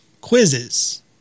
quizzes